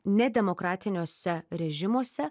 nedemokratiniuose režimuose